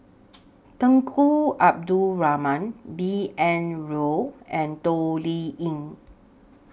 Tunku Abdul Rahman B N Rao and Toh Liying